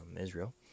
Israel